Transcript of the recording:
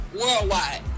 worldwide